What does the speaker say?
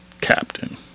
captain